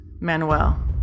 Manuel